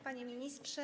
Panie Ministrze!